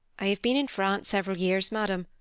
i have been in france several years, madam,